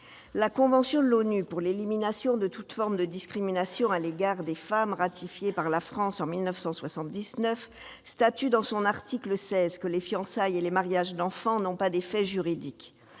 La convention de l'ONU pour l'élimination de toutes formes de discrimination à l'égard des femmes, ratifiée par la France en 1979, statue dans son article 16 que les fiançailles et les mariages d'enfants n'ont pas d'effets juridiques.